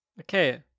okay